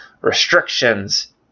restrictions